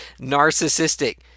narcissistic